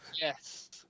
Yes